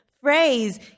phrase